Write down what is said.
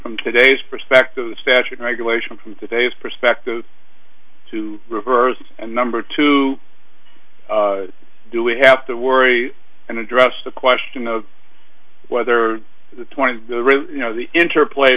from today's perspective the statute regulation from today's perspective to reverse and number two do we have to worry and address the question of whether the twenty you know the interplay